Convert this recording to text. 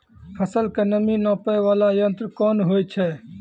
फसल के नमी नापैय वाला यंत्र कोन होय छै